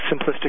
simplistic